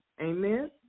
Amen